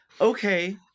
okay